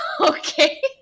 Okay